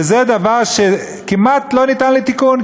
וזה דבר שכמעט לא ניתן לתיקון,